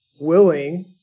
willing